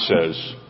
says